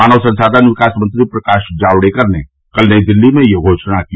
मानव संसाधन विकास मंत्री प्रकाश जावड़ेकर ने कल नई दिल्ली में ये घोषणा की